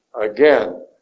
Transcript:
again